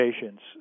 patients